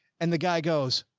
and the guy goes,